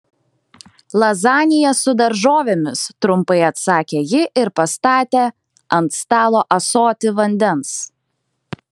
lazanija su daržovėmis trumpai atsakė ji ir pastatė ant stalo ąsotį vandens